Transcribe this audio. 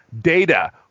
Data